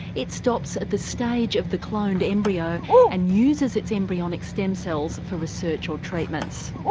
it stops at the stage of the cloned embryo and uses its embryonic stem cells for research or treatments.